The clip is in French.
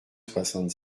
soixante